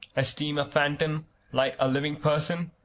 esteem a phantom like a living person,